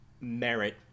merit